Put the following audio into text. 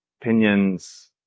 opinions